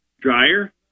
dryer